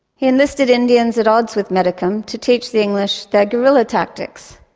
he enlisted indians at odds with metacom to teach the english their guerrilla tactics.